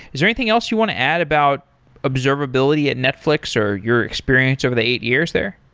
is there anything else you want to add about observability at netflix, or your experience over the eight years there?